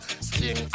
Sting